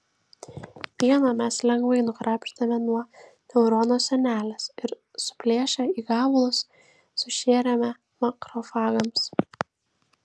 vieną mes lengvai nukrapštėme nuo neurono sienelės ir suplėšę į gabalus sušėrėme makrofagams